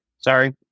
Sorry